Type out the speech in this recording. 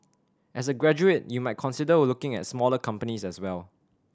as a graduate you might consider looking at smaller companies as well